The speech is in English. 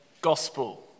gospel